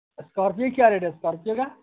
Scorpio کا کیا rate ہے اسکارپیو کا